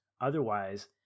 Otherwise